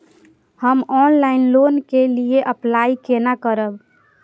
हम online loan के लिए अप्लाई केना करब?